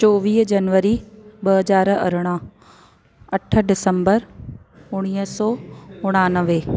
चोवीह जनवरी ॿ हज़ार अरिड़ह अठ डिसंबर उणिवीह सौ उणानवे